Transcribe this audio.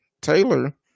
Taylor